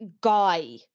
guy